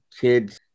kids